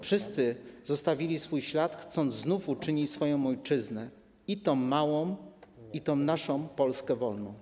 Wszyscy zostawili swój ślad, chcąc znów uczynić swoją ojczyznę i tę małą, i tę naszą Polskę, wolną.